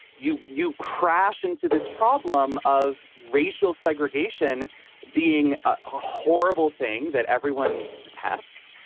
you you crash into this problem of racial segregation being a horrible thing that everyone detests,